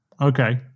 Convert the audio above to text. Okay